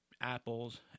Apples